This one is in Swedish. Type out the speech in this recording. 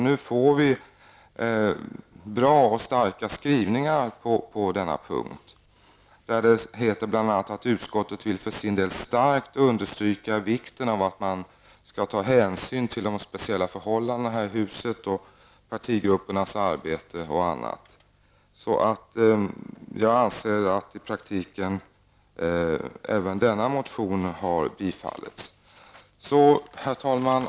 Nu får vi bra och starka skrivningar på denna punkt, där det bl.a. heter att utskottet för sin del starkt vill understryka vikten av att man skall ta hänsyn till de speciella förhållanden som råder i detta hus, partigruppernas arbete m.m. Jag anser att i praktiken även denna motion tillstyrkts. Herr talman!